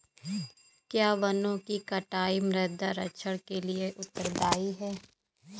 क्या वनों की कटाई मृदा क्षरण के लिए उत्तरदायी है?